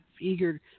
eager